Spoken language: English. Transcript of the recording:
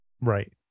Right